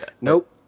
Nope